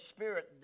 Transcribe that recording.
Spirit